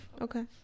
Okay